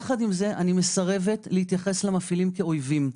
יחד עם זה, אני מסרבת להתייחס למפעילים כאויבים.